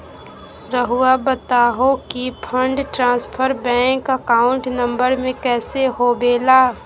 रहुआ बताहो कि fund transfer bank account number में कैसे होबेला?